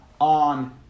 on